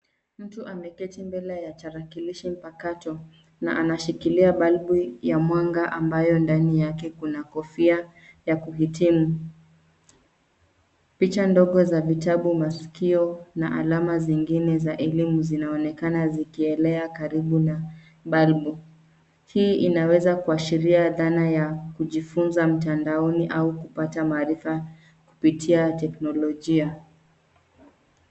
Mtu ameketi mbele ya tarakilishi mpakato na anashikilia balbu ya mwanga ambayo ndani yake kuna kofia ya kuhitimu. Picha ndogo za vitabu, masikio na alama zingine za elimu, zinaonekana zikielea karibu na balbu. Hii inaweza kuashiria dhana ya kujifunza mtandaoni au kupata maarifa kupitia teknolojia.